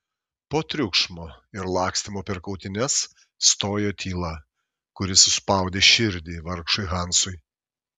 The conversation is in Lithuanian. po triukšmo ir lakstymo per kautynes stojo tyla kuri suspaudė širdį vargšui hansui